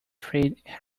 three